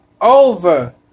Over